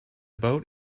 boat